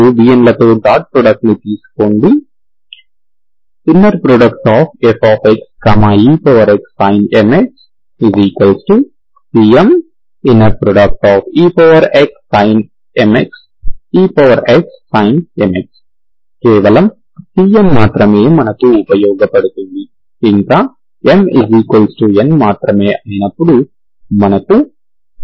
మీరు nలతో dot product ని తీసుకోండి fxexsin mx cmexsin mxexsin mx కేవలం cm మాత్రమే మనకు ఉపయోగపడుతుంది ఇంకా mn మాత్రమే అయినపుడు మనకు i